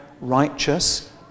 righteous